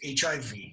HIV